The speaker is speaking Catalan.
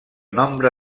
nombre